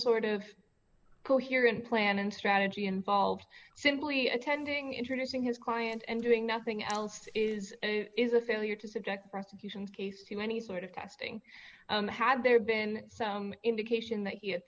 sort of coherent plan and strategy involved simply attending introducing his client and doing nothing else is a is a failure to subject prosecution's case to any sort of casting had there been some indication that he had